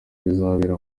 bizabera